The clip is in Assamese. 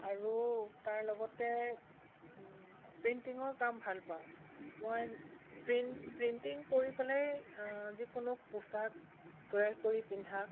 আৰু তাৰ লগতে প্ৰিণ্টিঙৰ কাম ভাল পাওঁ মই প্ৰিণ্ট প্ৰিণ্টিং কৰি পেলাই যিকোনো পোচাক তৈয়াৰ কৰি পিন্ধা